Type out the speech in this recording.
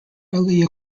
elia